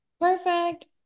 Perfect